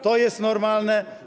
To jest normalne?